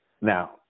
now